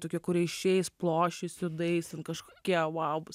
tokių kurie išeis ploščiais juodais ten kažkokie vau bus